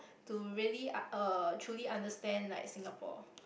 to really ah uh truly understand like Singapore